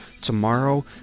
tomorrow